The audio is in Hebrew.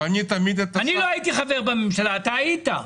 אני לא הייתי חבר בממשלה, אתה היית.